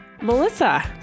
Melissa